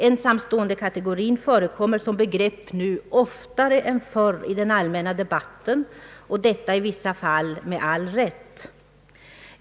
Ensamståendekategorin förekommer som begrepp nu oftare än förr i den allmänna debatten, och det i vissa fall med all rätt.